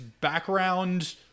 background